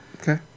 Okay